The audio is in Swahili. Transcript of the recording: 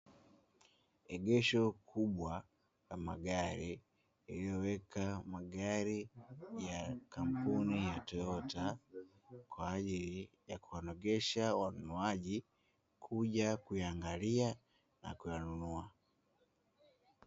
Egesho kubwa la magari lililoweka magari ya kampuni ya toyota, kwa ajili ya kuwanogesha wanunuaji kuja kuyaangalia na kuyanunua.